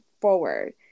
forward